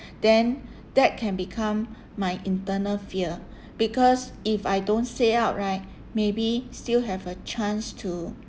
then that can become my internal fear because if I don't say out right maybe still have a chance to